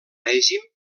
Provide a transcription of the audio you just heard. règim